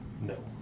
No